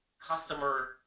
customer